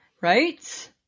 right